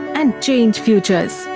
and change futures.